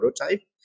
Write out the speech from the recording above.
prototype